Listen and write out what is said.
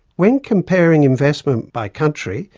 when comparing investment by country,